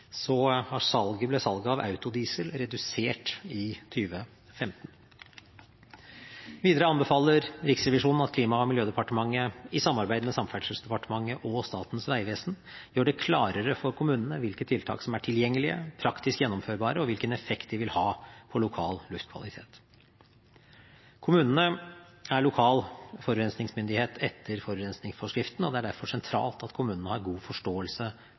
så sent som i dag en ny Enova-tildeling til ladestrøm. Og nye tall i dag fra Statistisk sentralbyrå viser at for første gang siden 2009 ble salget av autodiesel redusert i 2015. Videre anbefaler Riksrevisjonen at Klima- og miljødepartementet i samarbeid med Samferdselsdepartementet og Statens vegvesen gjør det klarere for kommunene hvilke tiltak som er tilgjengelige, praktisk gjennomførbare og hvilken effekt de vil ha på lokal luftkvalitet. Kommunene er lokal forurensningsmyndighet